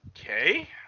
okay